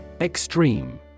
Extreme